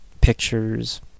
pictures